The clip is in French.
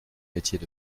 métiers